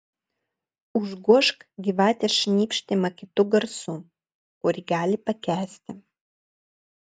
užgožk gyvatės šnypštimą kitu garsu kurį gali pakęsti